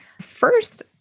First